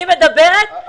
אני מדברת על